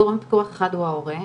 גורם פיקוח אחד הוא ההורה,